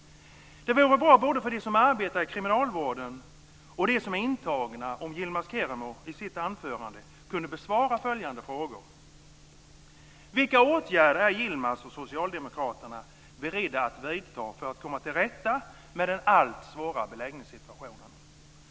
Det vore bra både för dem som arbetar i kriminalvården och för dem som är intagna om Yilmaz Kerimo i sitt anförande kunde besvara följande frågor: Vilka åtgärder är Yilmaz och Socialdemokraterna beredda att vidta för att komma till rätta med den allt svårare beläggningssituationen?